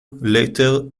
later